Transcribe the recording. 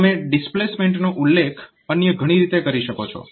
તમે ડિસ્પ્લેસમેન્ટનો ઉલ્લેખ અન્ય ઘણી રીતે કરી શકો છો